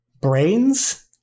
brains